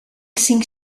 cinc